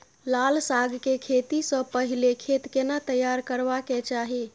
लाल साग के खेती स पहिले खेत केना तैयार करबा के चाही?